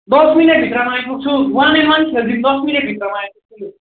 दस मिनट भित्रमा आइपुग्छु वान एन्ड वान खेलिदिऊँ दस मिनट भित्रमा आइपुग्छु लु